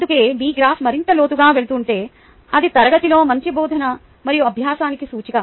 అందుకే మీ గ్రాఫ్ మరింత లోతుగా వెళుతుంటే అది తరగతిలో మంచి బోధన మరియు అభ్యాసానికి సూచిక